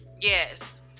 Yes